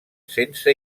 sense